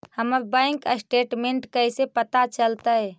हमर bank statement कैसे पता चलतै?